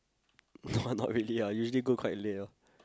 no lah not really lah usually go quite late lor